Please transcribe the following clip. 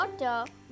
water